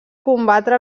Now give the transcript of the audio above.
combatre